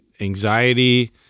anxiety